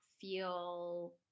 feel